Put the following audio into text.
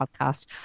podcast